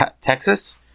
Texas